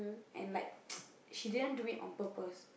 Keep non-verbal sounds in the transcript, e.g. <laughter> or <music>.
and like <noise> she didn't do it on purpose